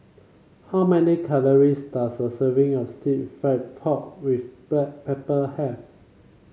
how many calories does a serving of stir fry pork with Black Pepper have